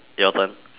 your turn